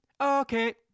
okay